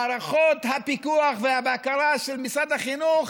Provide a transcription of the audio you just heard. מערכות הפיקוח והבקרה של משרד החינוך